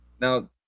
Now